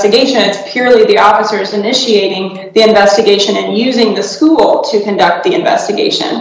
it purely the officers initiating the investigation and using the school to conduct the investigation